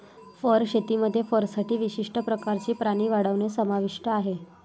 fur शेतीमध्ये फरसाठी विशिष्ट प्रकारचे प्राणी वाढवणे समाविष्ट आहे